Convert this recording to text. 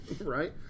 right